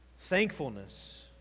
Thankfulness